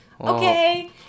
okay